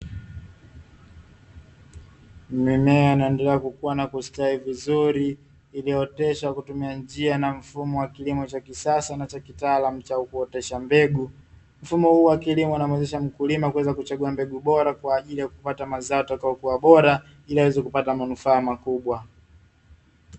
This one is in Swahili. Mimea inaendelea kukuwa na kustawi vizuri, iliyooteshwa kwa kutumia njia na mfumo wa kilimo cha kisasa na kitaalamu cha kuotesha mbegu. Mfumo huu wa kilimo unamuwezesha mkulima kuweza kuchagua mbegu bora kwaajili ya kupata mazao yatakayokuwa bora, ili aweze kupata manufaa makubwa.